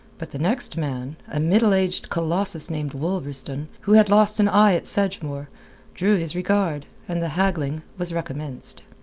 but the next man, a middle-aged colossus named wolverstone, who had lost an eye at sedgemoor, drew his regard, and the haggling was recommenced.